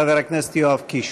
חבר הכנסת יואב קיש.